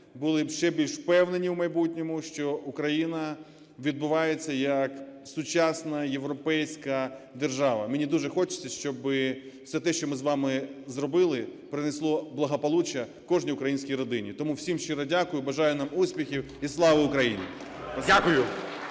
були ще більш впевнені в майбутньому, що Україна відбувається як сучасна, європейська держава. Мені дуже хочеться, щоб все те, що ми з вами зробили, принесло благополуччя кожній українській родині. Тому всім щиро дякую! Бажаю нам успіхів! І Слава Україні!